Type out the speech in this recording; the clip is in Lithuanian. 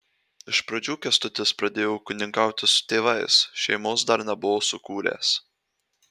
iš pradžių kęstutis pradėjo ūkininkauti su tėvais šeimos dar nebuvo sukūręs